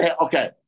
Okay